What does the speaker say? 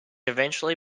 eventually